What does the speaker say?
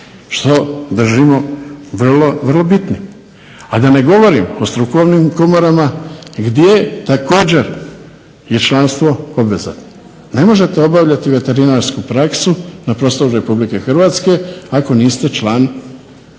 što držimo vrlo bitnim. A da ne govorim o strukovnim komorama gdje je također članstvo obveza. Ne možete obavljati veterinarsku praksu na prostoru RH ako niste član